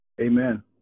Amen